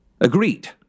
Agreed